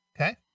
Okay